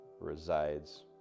resides